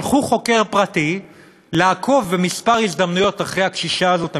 שלחו חוקר פרטי לעקוב בכמה הזדמנויות אחרי הקשישה הזאת,